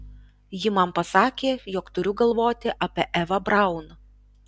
ji man pasakė jog turiu galvoti apie evą braun